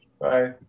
Bye